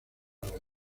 red